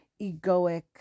egoic